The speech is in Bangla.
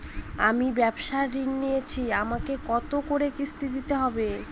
আমি ব্যবসার ঋণ নিয়েছি আমাকে কত করে কিস্তি দিতে হবে?